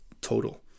total